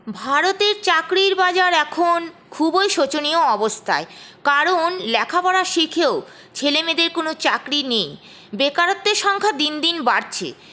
ভারতের চাকরির বাজার এখন খুবই শোচনীয় অবস্থায় কারণ লেখাপড়া শিখেও ছেলেমেয়েদের কোনো চাকরি নেই বেকারত্বের সংখ্যা দিন দিন বাড়ছে